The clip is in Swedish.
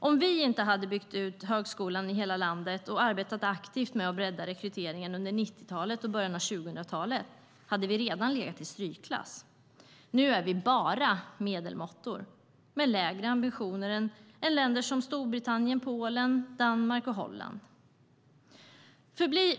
Om vi inte hade byggt ut högskolan i hela landet och arbetat aktivt med att bredda rekryteringen under 90-talet och början av 2000-talet hade vi redan legat i strykklass. Nu är vi "bara" medelmåttor, med lägre ambitioner än länder som Storbritannien, Polen, Danmark och Holland.